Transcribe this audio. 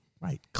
right